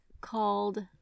called